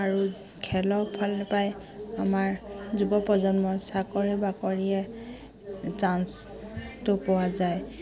আৰু খেলৰ ফালৰ পৰাই আমাৰ যুৱ প্ৰজন্মৰ চাকৰি বাকৰিয়ে চান্সটো পোৱা যায়